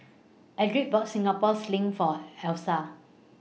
Edrie bought Singapore Sling For Leesa